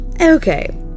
Okay